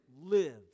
live